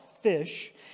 fish